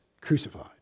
crucified